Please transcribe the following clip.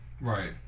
right